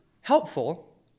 helpful